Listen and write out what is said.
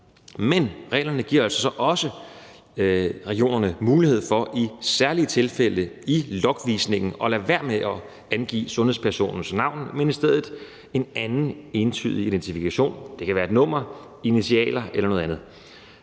Men reglerne giver altså så også regionerne mulighed for i særlige tilfælde i logvisningen at lade være med at angive sundhedspersonens navn, men i stedet en anden entydig identifikation – det kan være et nummer, initialer eller noget andet.